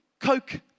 Coke